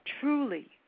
truly